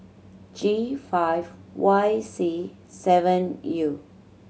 G five Y C seven U